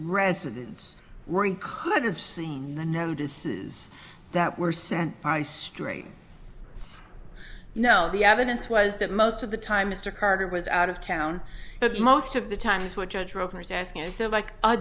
residence ring could have seen the notices that were sent by straight know the evidence was that most of the time mr carter was out of town but most of the times what judge rover's asking is that like a